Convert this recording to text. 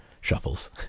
shuffles